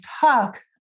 talk